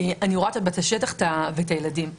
כי אני רואה את השטח ואת הילדים.